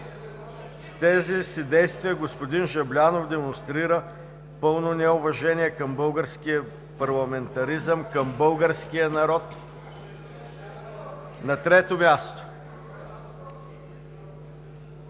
С тези си действия господин Жаблянов демонстрира пълно неуважение към българския парламентаризъм, към българския народ. На трето място,